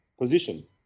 position